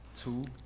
Two